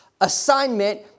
assignment